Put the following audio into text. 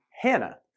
Hannah